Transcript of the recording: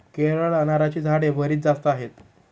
केरळला नारळाची झाडे बरीच जास्त आहेत